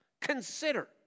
Consider